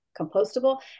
compostable